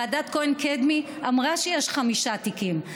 ועדת כהן-קדמי אמרה שיש חמישה תיקים,